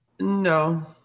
No